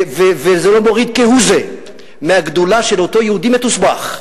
וזה לא מוריד כהוא זה מהגדולה של אותו יהודי מתוסבך,